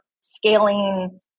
scaling